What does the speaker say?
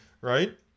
right